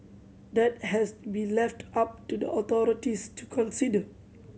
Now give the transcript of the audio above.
that has to be left up to the authorities to consider